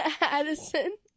Addison